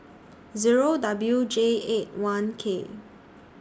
Zero W J eight one K